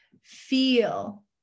Feel